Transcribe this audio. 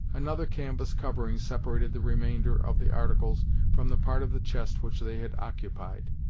another canvas covering separated the remainder of the articles from the part of the chest which they had occupied.